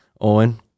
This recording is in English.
owen